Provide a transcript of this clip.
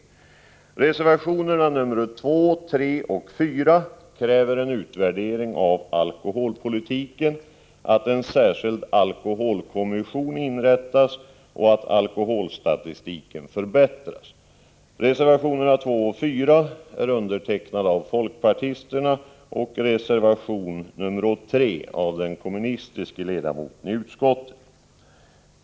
I reservationerna nr 2, 3 och 4 krävs en utvärdering av alkoholpolitiken, att en särskild alkoholkommission inrättas och att alkoholstatistiken förbättras. Reservationerna 2 och 4 är undertecknade av folkpartisterna och reservation nr 3 av den kommunistiske ledamoten i utskottet.